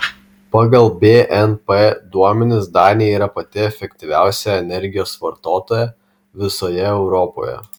pagal bnp duomenis danija yra pati efektyviausia energijos vartotoja visoje europoje